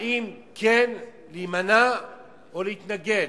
האם כן להימנע או להתנגד.